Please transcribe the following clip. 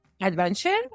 Adventure